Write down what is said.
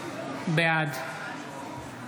בעד